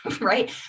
right